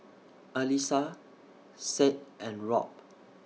Alissa Sade and Rob